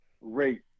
rate